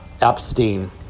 Epstein